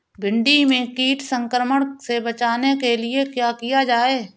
भिंडी में कीट संक्रमण से बचाने के लिए क्या किया जाए?